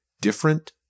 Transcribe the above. different